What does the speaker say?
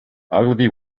ogilvy